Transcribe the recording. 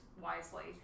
wisely